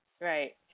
right